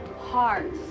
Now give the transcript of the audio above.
heart